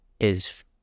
is-